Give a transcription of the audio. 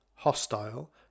hostile